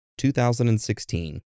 2016